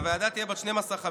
הוועדה תהיה בת 12 חברים,